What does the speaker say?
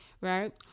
right